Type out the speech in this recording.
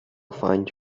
find